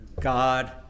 God